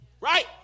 Right